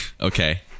Okay